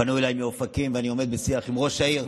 פנוי אליי מאופקים, ואני עומד בשיח עם ראש העיר.